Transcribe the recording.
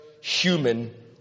human